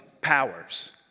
powers